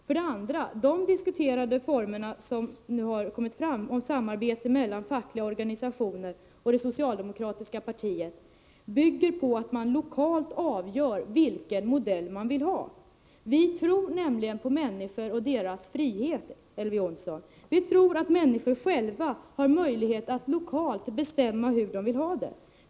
För det andra bygger de former för samarbete mellan fackliga organisationer och det socialdemokratiska partiet som kommit fram på att man lokalt avgör vilken modell man vill ha. Vi tror nämligen på människor och deras möjligheter att nyttja sin frihet. Vi tror att människor själva har möjlighet att lokalt bestämma hur de vill ha det.